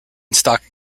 stock